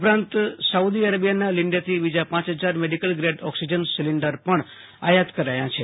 ઉપરાંત સઉદી અરેબિયાના લિન્ડેથી બીજા પાંચ હજાર મેડિકલ ગ્રેડ ઓક્સિજન સિલિન્ડર પણ આયાત કરાયા છે